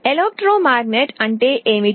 విద్యుదయస్కాంత అంటే ఏమిటి